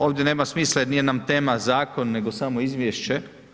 Ovdje nema smisla jer nije nam tema zakon, nego samo izvješće.